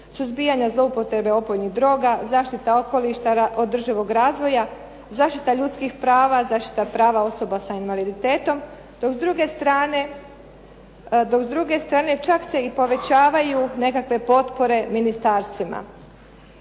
suzbijanje zloupotrebe opojnih droga, zaštita okoliša održivog razvoja, zaštita ljudskih prava, zaštita prava osoba sa invaliditetom. Dok s druge strane čak se i povećavaju nekakve potpore ministarstvima,